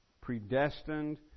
predestined